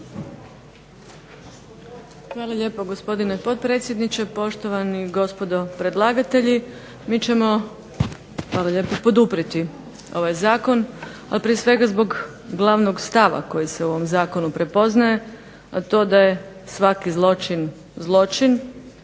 Hvala lijepo gospodine potpredsjedniče, poštovani gospodo predlagatelji. Mi ćemo poduprijeti ovaj zakon, a prije svega zbog glavnog stava koji se u ovom zakonu prepoznaje, a to da je svaki zločin zločin,